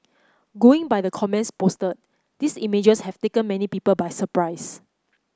going by the comments posted these images have taken many people by surprise